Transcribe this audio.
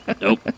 Nope